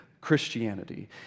Christianity